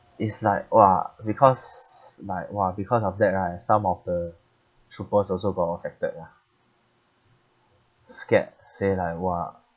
it's like !wah! because like !wah! because of that right some of the troopers also got affected lah scared say like !wah!